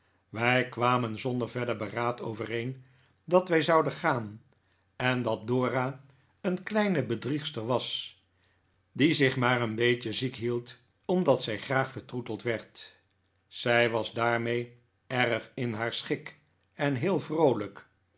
wij kwamen zonder verder beraad overeen dat wij zouden gaan en dat dora een kleine bedriegster was die zich maar een beetje ziek hield omdat zij graag vertroeteld werd zij was daarmee erg in haar schik en heel vroolijk